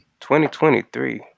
2023